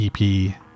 ep